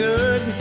Good